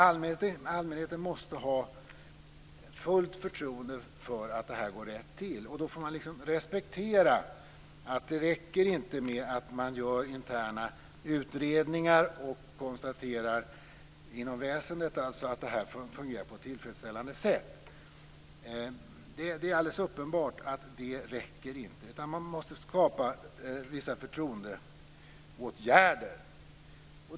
Allmänheten måste ha fullt förtroende för att det här går rätt till. Då får man respektera att det inte räcker med att man gör interna utredningar inom väsendet och konstaterar att det här fungerar på ett tillfredsställande sätt. Det är alldeles uppenbart att det inte räcker. Man måste vidta vissa förtroendeåtgärder.